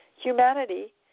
Humanity